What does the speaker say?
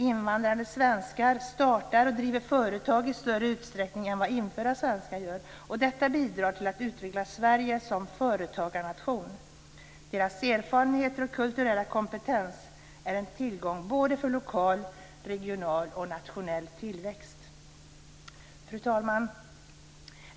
Invandrade svenskar startar och driver företag i större utsträckning än vad infödda svenskar gör. Detta bidrar till att utveckla Sverige som företagarnation. Deras erfarenheter och kulturella kompetens är en tillgång för lokal, regional och nationell tillväxt. Fru talman!